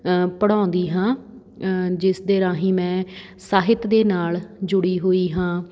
ਪੜ੍ਹਾਉਂਦੀ ਹਾਂ ਜਿਸ ਦੇ ਰਾਹੀਂ ਮੈਂ ਸਾਹਿਤ ਦੇ ਨਾਲ ਜੁੜੀ ਹੋਈ ਹਾਂ